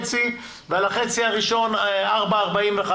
12.5% ועל החצי הראשון 4.45%,